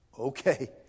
Okay